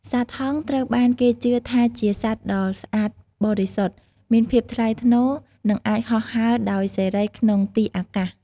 សត្វហង្សត្រូវបានគេជឿថាជាសត្វដ៏ស្អាតបរិសុទ្ធ មានភាពថ្លៃថ្នូរ និងអាចហោះហើរដោយសេរីក្នុងទីអាកាស។